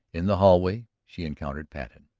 in the hallway she encountered patten.